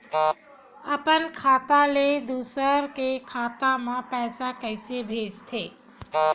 अपन खाता ले दुसर के खाता मा पईसा कइसे भेजथे?